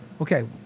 okay